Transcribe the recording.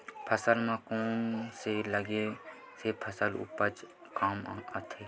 फसल म कोन से लगे से फसल उपज कम होथे?